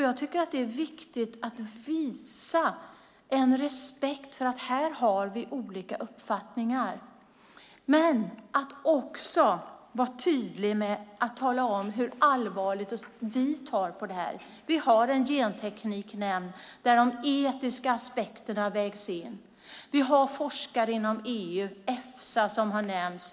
Jag tycker att det är viktigt att visa respekt för att vi här har olika uppfattningar men att också vara tydlig med att tala om hur allvarligt vi tar det här. Vi har en gentekniknämnd där de etiska aspekterna vägs in. Vi har forskare inom EU, Efsa, som har nämnts.